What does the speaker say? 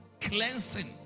cleansing